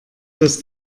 das